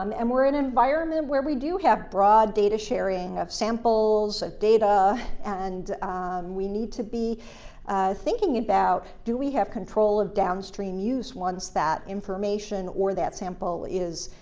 um and we're in an environment where we do have broad data sharing of samples, of data, and we need to be thinking about do we have control of downstream use once that information or that sample is